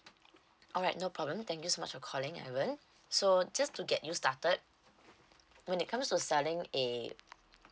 alright no problem thank you so much for calling ivan so just to get you started when it comes to selling eh